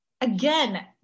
again